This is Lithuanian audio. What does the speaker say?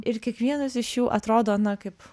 ir kiekvienas iš jų atrodo na kaip